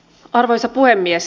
arvoisa puhemies